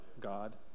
God